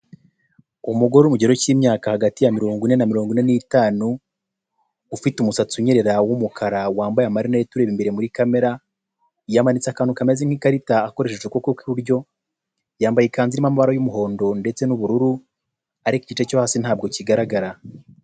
Umugore uri mu kigero cy'imyaka hagati ya mirongo ine na mirongo n'itanu, ufite umusatsi unyerera w'umukara, wambaye amarinete, ureba imbere muri kamera. Yamanitse akantu kameze nk'ikarita akoresheje ukuboko kw'iburyo, yambaye ikanzu irimo amabara y'umuhondo ndetse n'ubururu ariko igice cyo hasi ntabwo kigaragara.